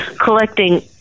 collecting